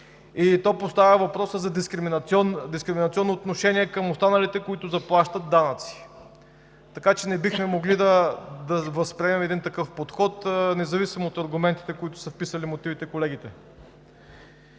то поставя въпроса за дискриминационно отношение към останалите, които заплащат данъци, така че не бихме могли да възприемем един такъв подход, независимо от аргументите, които са вписали в мотивите колегите.